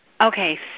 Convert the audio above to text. Okay